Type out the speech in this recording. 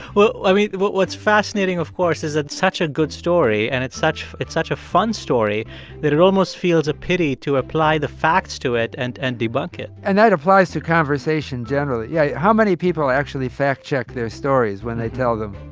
well, i mean, what's fascinating, of course, is that's such a good story and it's such it's such a fun story that it almost feels a pity to apply the facts to it and and debunk it and that applies to conversation, generally. yeah. how many people actually fact-check their stories when they tell them?